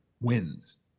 wins